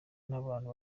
n’abantu